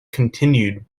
continued